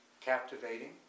captivating